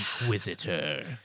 Inquisitor